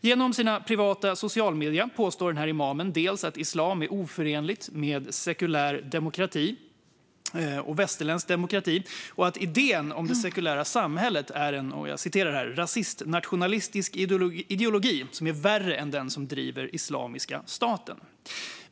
Genom sina privata sociala medier påstår imamen dels att islam är oförenligt med sekulär, västerländsk demokrati, dels att idén om det sekulära samhället är en rasistnationalistisk ideologi som är värre än den som driver Islamiska staten.